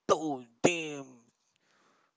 oh damn